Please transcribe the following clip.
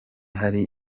hari